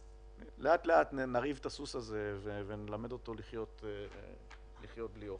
לאט-לאט נרעיב את הסוס הזה ונלמד אותו לחיות בלי אוכל.